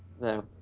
No